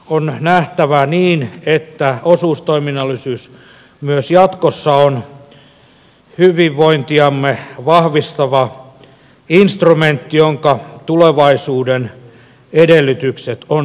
on nähtävä niin että osuustoiminnallisuus myös jatkossa on hyvinvointiamme vahvistava instrumentti jonka tulevaisuuden edellytykset on turvattava